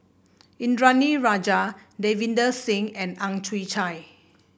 Indranee Rajah Davinder Singh and Ang Chwee Chai